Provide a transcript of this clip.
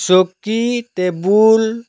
চকী টেবুল